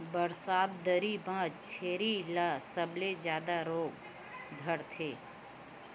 बरसात दरी म छेरी ल सबले जादा रोग धरथे